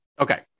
Okay